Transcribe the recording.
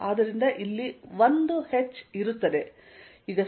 ಆದ್ದರಿಂದ ಇಲ್ಲಿ 1 h ಇರುತ್ತದೆ